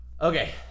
Okay